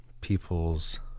people's